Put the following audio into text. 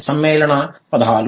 సమ్మేళన పదాలు